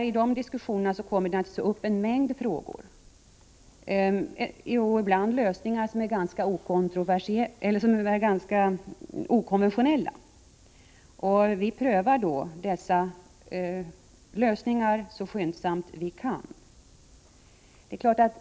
I de diskussionerna kommer det naturligtvis upp en mängd frågor, ibland ganska okonventionella lösningar, och vi prövar dessa lösningar så skyndsamt som vi kan.